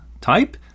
type